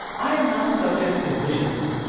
i am not subject to visions,